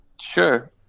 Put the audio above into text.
Sure